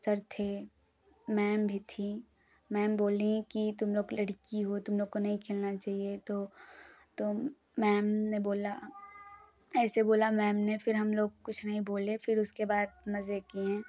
sir थे ma'am भी थीं मैम बोलीं की तुम लोग लड़की हो तुम लोग को नहीं खेलना चाहिए तो तो मैम ने बोला ऐसे बोला मैम ने फिर हम लोग कुछ नहीं बोले फिर उसके बाद मजे किए